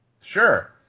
Sure